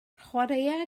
chwaraea